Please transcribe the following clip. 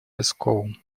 пэскоу